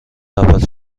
اول